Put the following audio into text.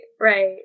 Right